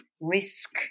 risk